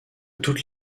toute